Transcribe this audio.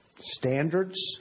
standards